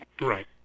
Right